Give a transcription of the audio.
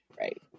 right